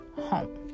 home